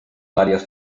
varias